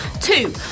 Two